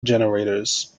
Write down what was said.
generators